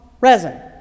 resin